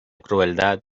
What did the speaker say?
crueldad